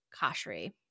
kashri